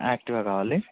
Activa కావాలి